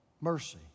mercy